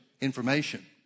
information